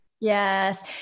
Yes